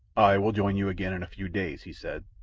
i will join you again in a few days, he said.